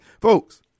Folks